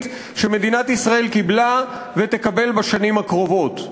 שמדינת ישראל קיבלה ותקבל בשנים הקרובות.